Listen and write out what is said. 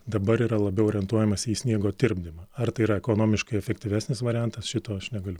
dabar yra labiau orientuojamasi į sniego tirpdymą ar tai yra ekonomiškai efektyvesnis variantas šito aš negaliu